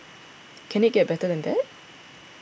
can it get better than that